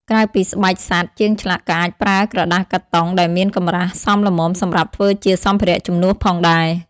ក្រៅពីស្បែកសត្វ ជាងឆ្លាក់ក៏អាចប្រើក្រដាសកាតុងដែលមានកម្រាស់សមល្មមសម្រាប់ធ្វើជាសម្ភារៈជំនួសផងដែរ។